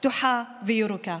פתוחה, וירוקה?